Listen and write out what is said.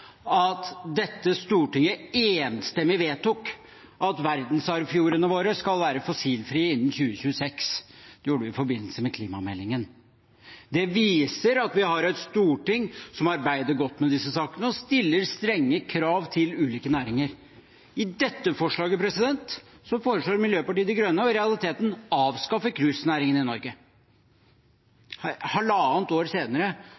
dette Stortinget enstemmig vedtok at verdensarvfjordene våre skal være fossilfrie innen 2026 – det gjorde vi i forbindelse med klimameldingen. Det viser at vi har et storting som arbeider godt med disse sakene og stiller strenge krav til ulike næringer. I dette forslaget foreslår Miljøpartiet De Grønne i realiteten å avskaffe cruisenæringen i Norge – halvannet år senere,